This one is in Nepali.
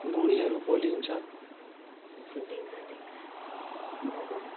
भुँडीहरू पोलिन्छ